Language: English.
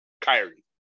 Kyrie